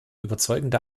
überzeugende